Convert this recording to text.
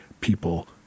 people